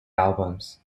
albums